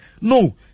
no